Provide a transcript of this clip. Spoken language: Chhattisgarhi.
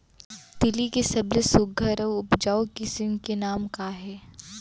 तिलि के सबले सुघ्घर अऊ उपजाऊ किसिम के नाम का हे?